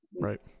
right